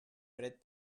pred